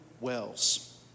wells